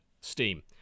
steam